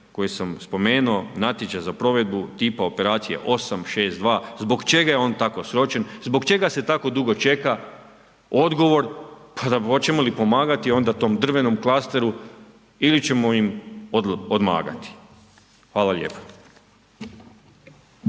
koji sam spomenuo natječaj za provedbu .../Govornik se ne razumije./... 862., zbog čega je on tako sročen, zbog čega se tako dugo čeka odgovor, pa da hoćemo li pomagati onda tom drvenom klasteru ili ćemo im odmagati. Hvala lijepa.